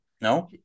no